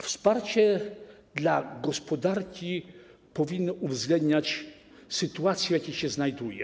Wsparcie dla gospodarki powinno uwzględniać sytuację, w jakiej się znajduje.